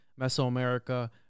Mesoamerica